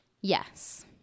Yes